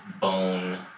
bone